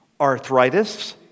arthritis